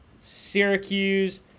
Syracuse